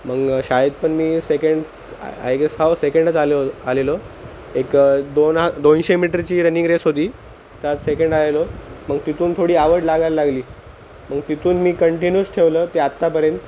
मग शाळेत पण मी सेकेंड त् आ आय गेस हो सेकंडच आलोल् आलेलो एक दोन हां दोनशे मिटरची रनिंग रेस होती त्यात सेकंड आलेलो मग तिथून थोडी आवड लागायला लागली मग तिथून मी कंटिन्यूस ठेवलं ते आत्तापर्यंत